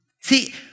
See